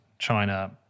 China